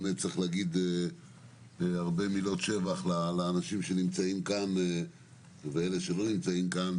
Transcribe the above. צריך להגיד הרבה מילות שבח לאנשים שנמצאים כאן ואלה שלא נמצאים כאן,